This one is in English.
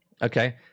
Okay